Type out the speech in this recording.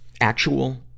actual